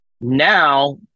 Now